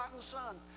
Son